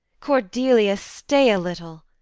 cordelia, stay a little.